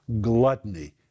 gluttony